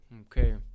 Okay